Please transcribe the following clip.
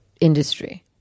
industry